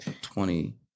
twenty